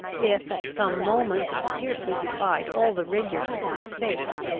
if at some moments i fiercely defied all the rigours of my fate,